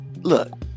Look